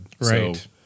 Right